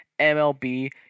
MLB